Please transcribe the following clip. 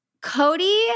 Cody